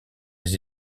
les